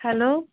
hello